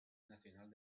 nacional